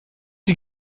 sie